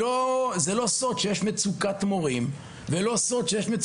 זה לא סוד שיש מצוקת מורים וזה לא סוד שאצלי באגף,